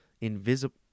invisible